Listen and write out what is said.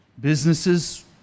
businesses